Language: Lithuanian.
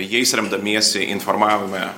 jais remdamiesi informavome